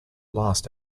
last